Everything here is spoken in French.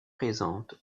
présente